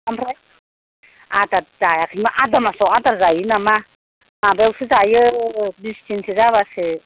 ओमफ्राय आदार जायाखैमा आदा मासाव आदार जायो नामा माबायावसो जायो बिसदिनसो जाबासो